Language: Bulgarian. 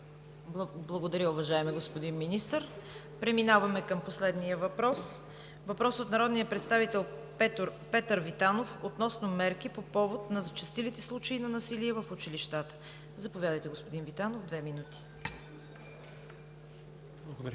Благодаря, уважаеми господин Министър. Преминаваме към последния въпрос от народния представител Петър Витанов относно мерки по повод на зачестилите случаи на насилие в училищата. Заповядайте, господин Витанов – две минути. ПЕТЪР